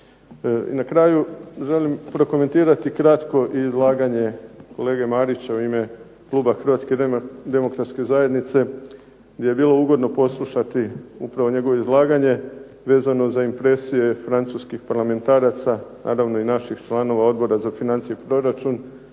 Na kraju želim prokomentirati kratko i izlaganje kolege Marića u ime kluba Hrvatske demokratske zajednice gdje je bilo ugodno poslušati upravo njegovo izlaganje vezano za impresije francuskih parlamentaraca, naravno i naših članova Odbora za financije i proračun